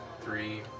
Three